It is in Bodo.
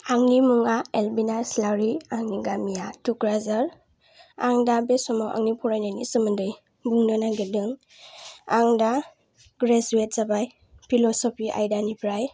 आंनि मुङा आलबेना इस्लारि आंनि गामिया तुक्राझार आं दा बे समाव आंनि फरायनायनि सोमोन्दोयै बुंनो नागिरदों आं दा ग्रेजुयेड जाबाय पिलसपि आयदानिफ्राय